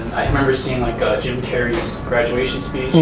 i remember seeing like ah jim carrey's graduation speech,